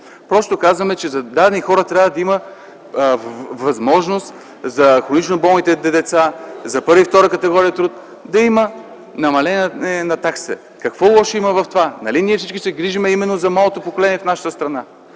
Просто казваме, че за дадени хора – за хронично болните деца, за първа и втора категория труд – трябва да има намаление на таксите. Какво лошо има в това? Нали ние всички се грижим именно за младото поколение в нашата страна?